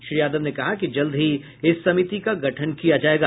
श्री यादव ने कहा कि जल्द ही इस समिति का गठन किया जायेगा